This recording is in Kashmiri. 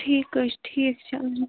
ٹھیٖک حظ چھُ ٹھیٖک چلو